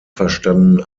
verstanden